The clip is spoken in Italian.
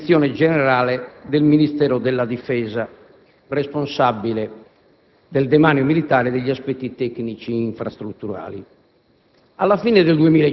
e la Direzione generale del Ministero della difesa, responsabile del demanio militare e degli aspetti tecnici infrastrutturali.